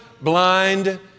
blind